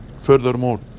Furthermore